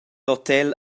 hotel